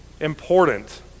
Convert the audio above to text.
important